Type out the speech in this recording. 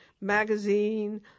Magazine